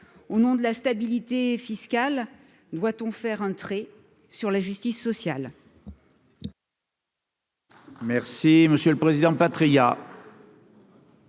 au nom de la stabilité fiscale doit-on faire entrer sur la justice sociale.